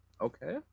Okay